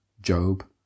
Job